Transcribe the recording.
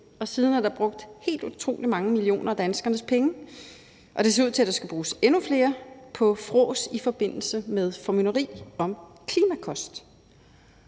og siden er der brugt helt utrolig mange millioner kroner af danskernes penge – og det ser ud til, at der skal bruges endnu flere – på frås i forbindelse med formynderi om klimakost.